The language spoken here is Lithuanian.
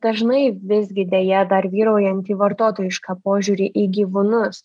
dažnai visgi deja dar vyraujantį vartotojišką požiūrį į gyvūnus